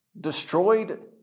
destroyed